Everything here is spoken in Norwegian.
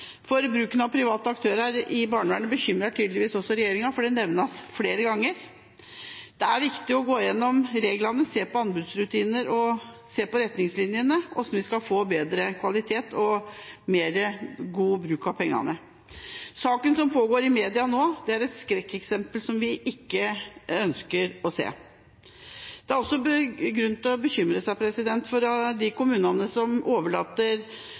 av bruken av private aktører. Bruken av private aktører bekymrer tydeligvis også regjeringen, for det nevnes flere ganger. Det er viktig å gå igjennom reglene, se på anbudsrutiner og se på retningslinjene for hvordan vi skal få bedre kvalitet og mer god bruk av pengene. Saken som pågår i media nå, er et skrekkeksempel som vi ikke ønsker å se. Det er også grunn til å bekymre seg for de kommunene som overlater